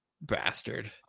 Bastard